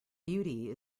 beauty